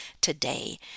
today